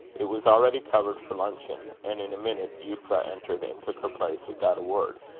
it was already covered for luncheon and in a minute euphra entered and took her place without a word.